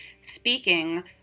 speaking